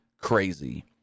crazy